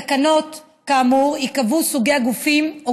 בתקנות כאמור ייקבעו סוגי הגופים או